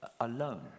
alone